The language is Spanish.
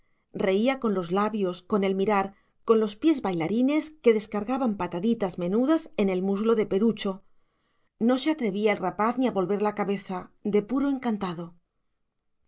reía con los labios con el mirar con los pies bailarines que descargaban pataditas menudas en el muslo de perucho no se atrevía el rapaz ni a volver la cabeza de puro encantado